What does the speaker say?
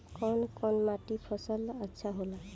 कौन कौनमाटी फसल ला अच्छा होला?